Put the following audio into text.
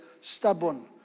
stubborn